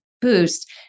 boost